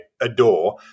adore